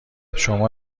شما